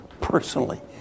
personally